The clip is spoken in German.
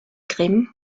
grimm